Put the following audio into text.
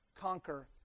conquer